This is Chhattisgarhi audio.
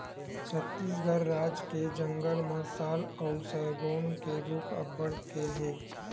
छत्तीसगढ़ राज के जंगल म साल अउ सगौन के रूख अब्बड़ के हे